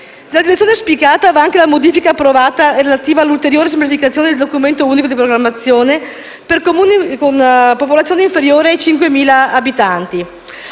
Nella direzione auspicata va anche la modifica approvata, relativa all'ulteriore semplificazione del documento unico di programmazione per Comuni con popolazione inferiore ai 5.000 abitanti.